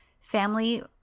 family